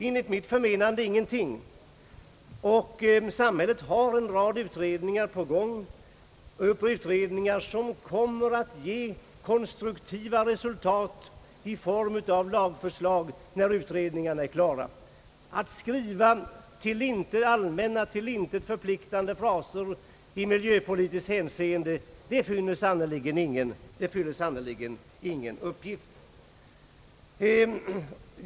Enligt mitt förmenande tjänar det ingenting till. Samhället har en rad utredningar i gång, vilka kommer att ge konstruktiva resultat i form av lagförslag, när utredningarna är klara. Att skriva allmänna, till intet förpliktande fraser fyller sannerligen ingen uppgift.